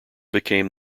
became